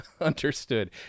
understood